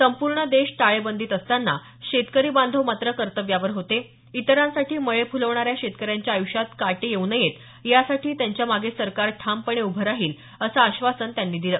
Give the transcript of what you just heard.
संपूर्ण देश टाळेबंदीत असताना शेतकरी बांधव मात्र कर्तव्यावर होते इतरांसाठी मळे फुलवणाऱ्या शेतकऱ्यांच्या आयुष्यात काटे येऊ नयेत यासाठी त्यांच्या मागे सरकार ठामपणे उभं राहील असं आश्वासन त्यांनी दिलं